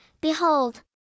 Behold